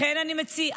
לכן אני מציעה